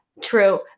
True